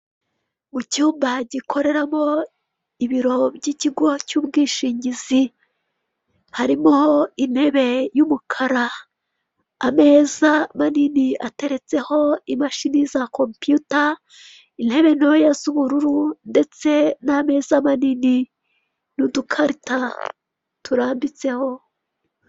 Mu cyumba gikoreramo ibiro by'ikigo cy'ubwishingizi, harimo intebe y'umukara; ameza manini ateretseho imashini za kompiyuta; intebe ntoya z'ubururu, ndetse n'ameza manini n'udukarita turambitseho.